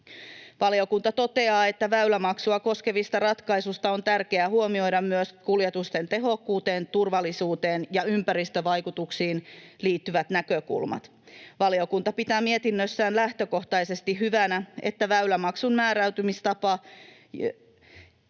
Valiokunta toteaa, että väylämaksua koskevissa ratkaisuissa on tärkeää huomioida myös kuljetusten tehokkuuteen, turvallisuuteen ja ympäristövaikutuksiin liittyvät näkökulmat. Valiokunta pitää mietinnössään lähtökohtaisesti hyvänä, että väylämaksun määräytymistapa ja